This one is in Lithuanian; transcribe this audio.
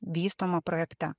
vystomą projekte